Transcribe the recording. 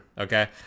Okay